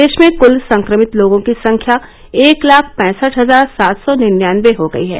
देश में क्ल संक्रमित लोगों की संख्या एक लाख पैसठ हजार सात सौ निन्यानये हो गई है